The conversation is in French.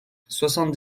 soixante